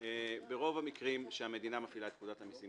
ברוב המקרים שהמדינה מחילה את פקודת המסים